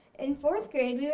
in fourth grade,